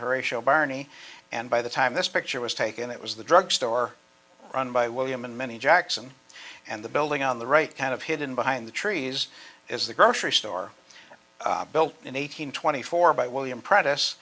her ratio barney and by the time this picture was taken it was the drugstore run by william and many jackson and the building on the right kind of hidden behind the trees is the grocery store built in eight hundred twenty four by william prentice